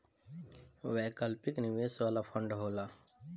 वैकल्पिक निवेश वाला फंड होला